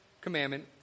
commandment